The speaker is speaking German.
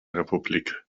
republik